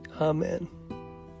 Amen